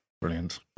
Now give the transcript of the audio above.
Brilliant